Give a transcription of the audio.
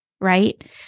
right